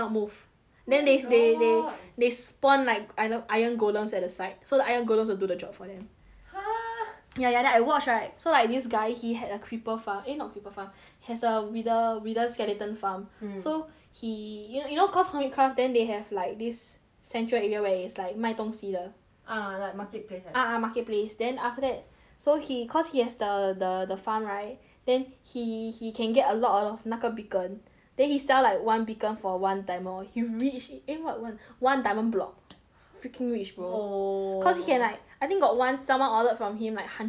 then they they they they spawn like ir~ ir~ iron golem at the side so the iron golems will do the job for him !huh! ya ya then I watch right so like this guy he had a creeper farm eh not creeper farm has a wither wither skeleton farm mm so he you know you know cause hermit craft then they have like this central area where is like 买东西的 ah like marketplace like that ah marketplace then after that so he cause he has the the the farm right then he he can get a lot a lot of 那个 beacons then he sell like one beacon for one diamond he rich eh what wha~ one diamond block freaking rich bro oh cause he can like I think got once someone ordered from him like hundred over beacons